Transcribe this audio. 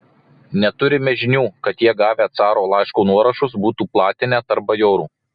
neturime žinių kad jie gavę caro laiško nuorašus būtų platinę tarp bajorų